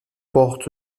porte